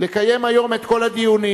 לקיים היום את כל הדיונים,